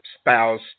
spouse